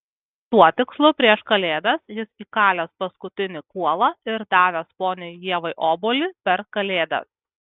tuo tikslu prieš kalėdas jis įkalęs paskutinį kuolą ir davęs poniai ievai obuolį per kalėdas